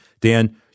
Dan